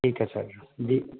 ٹھیک ہے سر جی